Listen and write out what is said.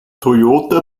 toyota